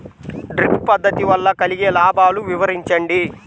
Drip పద్దతి వల్ల కలిగే లాభాలు వివరించండి?